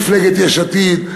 מפלגת יש עתיד,